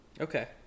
Okay